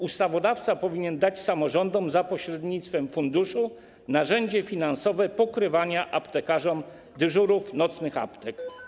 Ustawodawca powinien dać samorządom za pośrednictwem funduszu narzędzie finansowe pokrywania aptekarzom dyżurów nocnych aptek.